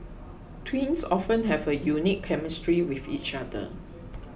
twins often have a unique chemistry with each other